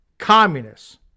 communists